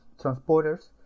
transporters